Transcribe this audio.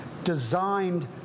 Designed